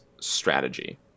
strategy